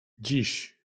dziś